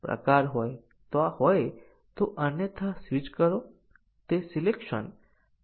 તેથી અહીં દરેક એટોમિક કન્ડીશન એ સાચા અને ખોટા મૂલ્યો ધારણ કરવા જોઈએ